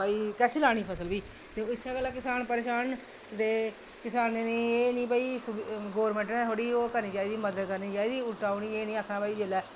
भई कैसी लानी फसल भी ते इस्सै गल्ला करसान परेशान न ते किसानें दी एह् निं कि भई गौरमेंट नै ओह् थोह्ड़ी मदद करनी चाहिदी उल्टा उ'नेंगी एह् निं आखना जेल्लै